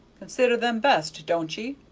consider them best, don't ye?